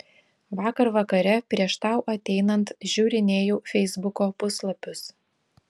vakar vakare prieš tau ateinant žiūrinėjau feisbuko puslapius